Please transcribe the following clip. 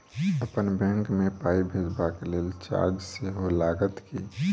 अप्पन बैंक मे पाई भेजबाक लेल चार्ज सेहो लागत की?